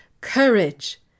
courage